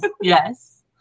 Yes